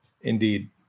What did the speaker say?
indeed